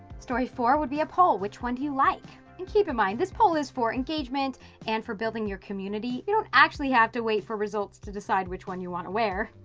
story four would be a poll, which one do you like? and keep in mind this poll is for engagement and for building your community, you don't actually have to wait for results to decide which one you want to wear.